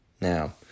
Now